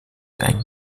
eng